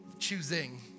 choosing